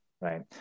right